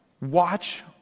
Watch